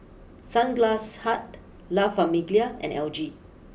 Sunglass Hut La Famiglia and L G